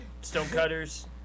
Stonecutters